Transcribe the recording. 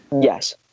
Yes